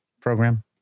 program